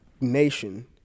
nation